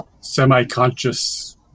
semi-conscious